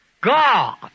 God